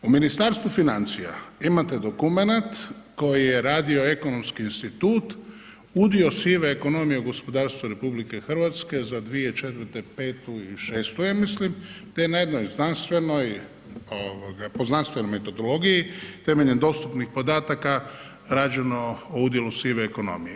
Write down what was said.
U Ministarstvu financija imate dokumenat koji je radio Ekonomski institut, Udio sive ekonomije u gospodarstvu RH za 2004., '05. i 06. ja mislim, te na jednoj znanstvenoj ovoga po znanstvenoj metodologiji temeljem dostupnih podataka rađeno o udjelu sive ekonomije.